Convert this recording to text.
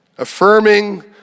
affirming